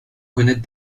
connaître